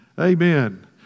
Amen